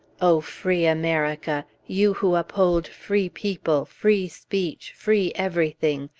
o free america! you who uphold free people, free speech, free everything,